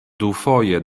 dufoje